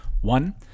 One